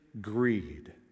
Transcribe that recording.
greed